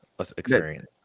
Experience